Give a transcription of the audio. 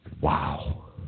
Wow